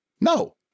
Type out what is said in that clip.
No